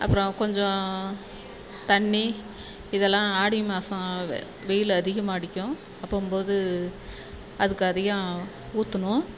அப்புறம் கொஞ்சம் தண்ணி இதெல்லாம் ஆடி மாசம் வெ வெயில் அதிகமாக அடிக்கும் அப்போம்போது அதுக்கு அதிகம் ஊற்றணும்